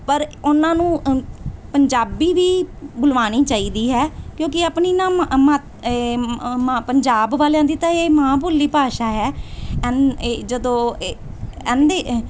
ਪਰ ਉਹਨਾਂ ਨੂੰ ਪੰਜਾਬੀ ਵੀ ਬੁਲਵਾਉਣੀ ਚਾਹੀਦੀ ਹੈ ਕਿਉਂਕਿ ਆਪਣੀ ਨਾ ਪੰਜਾਬ ਵਾਲਿਆਂ ਦੀ ਤਾਂ ਇਹ ਮਾਂ ਬੋਲੀ ਭਾਸ਼ਾ ਹੈ ਐਨ ਜਦੋਂ ਇਹਨਾਂ ਦੇ